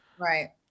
Right